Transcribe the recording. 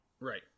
Right